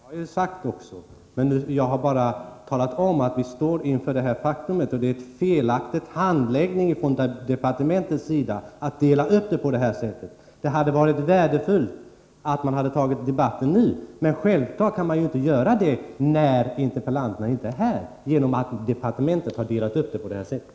Herr talman! Det är självfallet viktigt, och det har jag också sagt, men jag har talat om att vi står inför det faktum att debatten blir uppdelad och att det är en felaktig handläggning när departementet delar upp den på detta sätt. Det hade varit värdefullt att föra hela debatten nu, men det kan självfallet inte ske när inte interpellanten är här, därför att departementet har delat upp det hela på det här sättet.